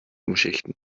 umschichten